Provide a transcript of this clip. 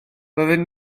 roedden